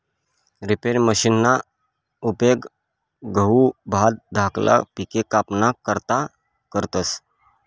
reaper मशिनना उपेग गहू, भात धाकला पिके कापाना करता करतस